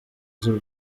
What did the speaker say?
z’u